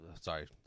Sorry